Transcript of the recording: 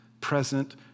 present